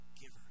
giver